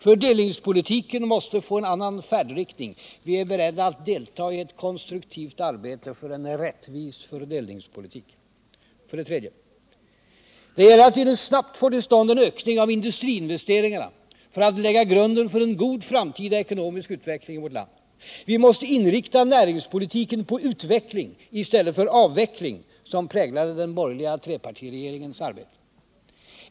Fördelningspolitiken måste få en annan färdriktning. Vi är beredda att delta i ett konstruktivt arbete för en rättvis fördelningspolitik. — För det tredje: Att snabbt få till stånd en ökning av industriinvesteringarna för att lägga grunden för en god framtida ekonomisk utveckling i vårt land. Vi måste inrikta näringspolitiken på utveckling i stället för avveckling, som präglade den borgerliga trepartiregeringens arbete.